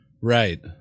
right